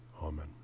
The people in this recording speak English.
Amen